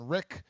Rick